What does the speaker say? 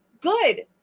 Good